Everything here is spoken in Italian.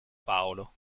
paolo